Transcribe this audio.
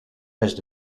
best